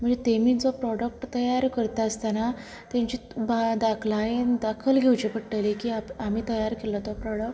तेमी जो प्रॉडक्ट तयार करता आसतना तेची बा दाखलायेन दखल घेवची पडटली की आता आमी तयार केल्या तो प्रॉडक्ट